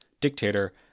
dictator